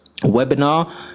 webinar